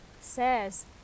says